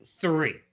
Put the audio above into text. Three